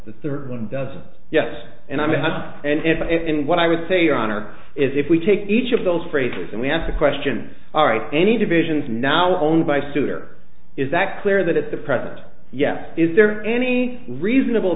the third one doesn't yes and i have and what i would say your honor is if we take each of those phrases and we asked the question all right any divisions now owned by souter is that clear that at the present yes is there any reasonable